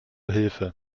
hilfe